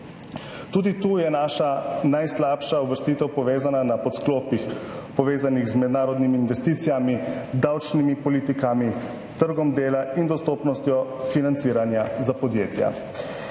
Tudi tu je naša najslabša uvrstitev na podsklopih, povezanih z mednarodnimi investicijami, davčnimi politikami, trgom dela in dostopnostjo financiranja za podjetja.